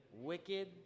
Wicked